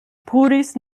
puris